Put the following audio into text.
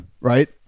right